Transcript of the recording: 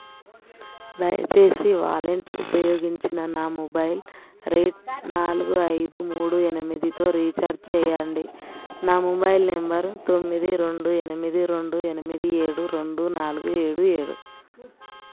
దయచేసి వాలెట్ ఉపయోగించి నా మొబైల్ రేట్ నాలుగు ఐదు మూడు ఎనిమిదితో రీఛార్జ్ చేయండి నా మొబైల్ నెంబరు తొమ్మిది రెండు ఎనిమిది రెండు ఎనిమిది ఏడు రెండు నాలుగు ఏడు ఏడు